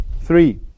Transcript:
Three